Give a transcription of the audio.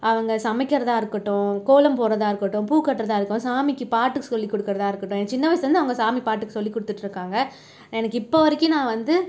அவங்க சமைக்கிறதாக இருக்கட்டும் கோலம் போட்றதாக இருக்கட்டும் பூ கட்றதாக இருக்கட்டும் சாமிக்கு பாட்டு சொல்லிக் கொடுக்கிறதாக இருக்கட்டும் சின்ன வயசில் இருந்து அவங்க சாமி பாட்டுக்கு சொல்லிக் கொடுத்துட்டு இருக்காங்க எனக்கு இப்போ வரைக்கும் நான் வந்து